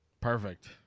Perfect